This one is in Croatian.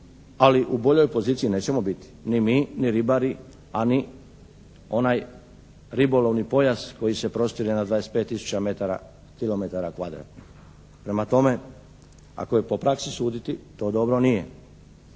ali u boljoj poziciji nećemo biti ni mi, ni ribari, a ni onaj ribolovni pojas koji se prostire na 25 tisuća metara, kilometara kvadratnih. Prema tome, ako je po praksi suditi to dobro nije.